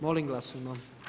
Molim glasujmo.